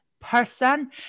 person